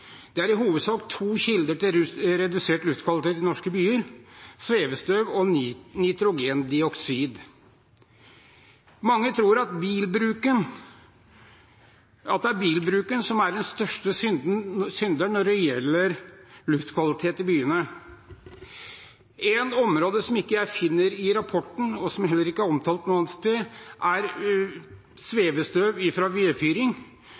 Det er i hovedsak to kilder til redusert luftkvalitet i norske byer: svevestøv og nitrogendioksid. Mange tror at det er bilbruken som er den største synderen når det gjelder luftkvalitet i byene. Et område som jeg ikke finner i rapporten, og som heller ikke er omtalt noe annet sted, er